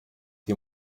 die